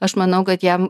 aš manau kad jam